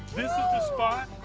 the spot.